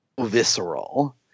visceral